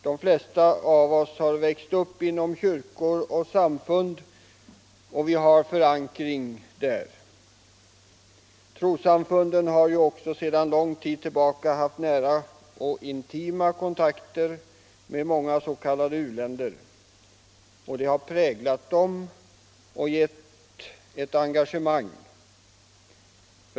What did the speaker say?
De flesta av oss har växt upp inom kyrkor och samfund, och vi har förankring där. Trossamfunden har ju också sedan lång tid tillbaka haft nära och intima kontakter med många s.k. u-länder, och ” det har präglat samfunden och gett ett engagemang.